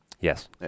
Yes